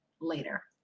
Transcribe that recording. Later